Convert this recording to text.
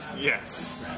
Yes